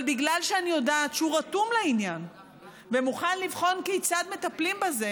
אבל בגלל שאני יודעת שהוא רתום לעניין ומוכן לבחון כיצד מטפלים בזה,